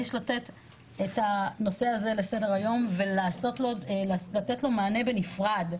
יש להעלות את הנושא הזה לסדר היום ולתת לו מענה בנפרד,